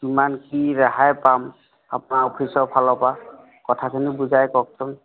কিমান কি ৰেহাই পাম আপোনাৰ অফিচৰ ফালৰপৰা কথাখিনি বুজাই কওকচোন